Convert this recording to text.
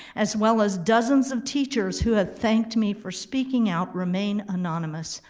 as well as dozens of teachers who have thanked me for speaking out, remain anonymous,